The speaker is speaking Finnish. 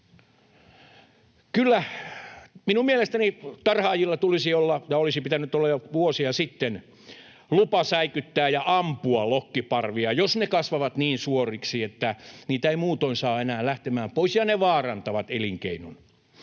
minun mielestäni tarhaajilla tulisi olla ja olisi pitänyt olla jo vuosia sitten lupa säikyttää ja ampua lokkiparvia, jos ne kasvavat niin suuriksi, että niitä ei muutoin saa enää lähtemään pois ja ne vaarantavat elinkeinon.